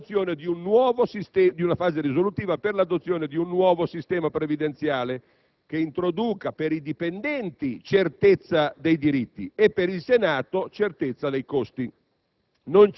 entrato in una fase risolutiva per l'adozione di un nuovo sistema previdenziale che introduca per i dipendenti certezza dei diritti e per il Senato certezza dei costi.